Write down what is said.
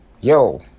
yo